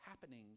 happening